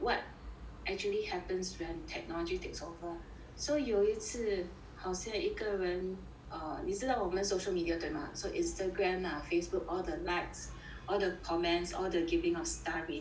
actually happens when technology takes over so 有一次好像一个人 err 你知道我们 social media 对吗 so Instagram lah Facebook all the likes all the comments all the giving of star rating